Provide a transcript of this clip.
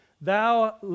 thou